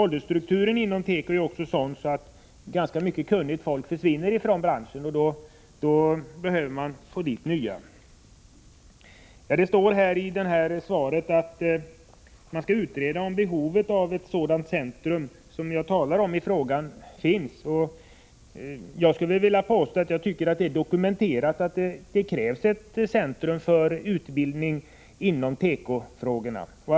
Åldersstrukturen inom tekoindustrin är också sådan att en hel del kunnigt folk försvinner från branschen, och då behöver man naturligtvis få in nya krafter. I svaret sägs att man skall utreda om det finns behov av ett sådant centrum som jag nämnt i min fråga. Jag skulle vilja påstå att det är dokumenterat att det krävs ett centrum för utbildning inom tekobranschen.